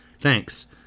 Thanks